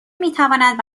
میتواند